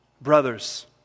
Brothers